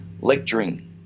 lecturing